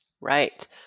Right